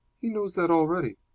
he knows that already.